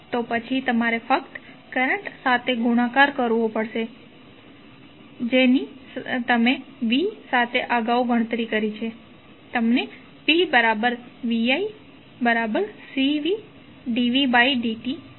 તો પછી તમારે ફક્ત કરંટ સાથે ગુણાકાર કરવો પડશે જેની તમે v સાથે અગાઉ ગણતરી કરી છે તમને pviCvd vd t મળશે